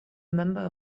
remember